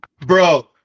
Bro